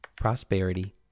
prosperity